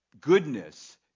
goodness